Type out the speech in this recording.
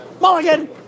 Mulligan